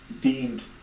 deemed